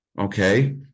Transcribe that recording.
okay